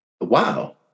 Wow